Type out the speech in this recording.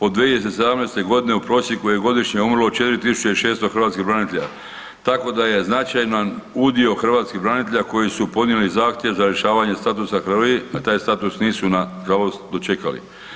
Od 2017.g. u prosjeku je godišnje umrlo 4.600 hrvatskih branitelja tako da je značajan udio hrvatskih branitelja koji su podnijeli zahtjev za rješavanje statusa HRVI, a taj status nisu nažalost dočekali.